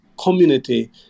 community